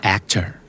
Actor